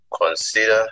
consider